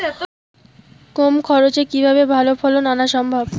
কম খরচে কিভাবে ভালো ফলন আনা সম্ভব?